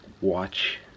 watch